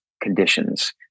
conditions